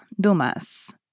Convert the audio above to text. Dumas